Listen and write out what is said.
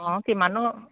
অঁ কিমাননো